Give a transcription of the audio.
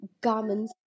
garments